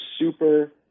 super